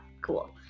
cool